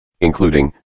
including